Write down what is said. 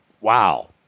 wow